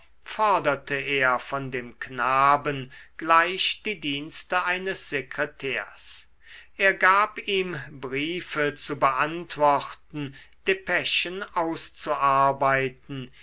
forderte er von dem knaben gleich die dienste eines sekretärs er gab ihm briefe zu beantworten depeschen auszuarbeiten